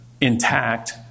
intact